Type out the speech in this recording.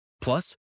plus